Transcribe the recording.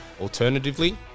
Alternatively